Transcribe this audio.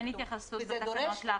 אין התייחסות בתקנות להכשרה.